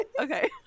Okay